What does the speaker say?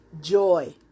joy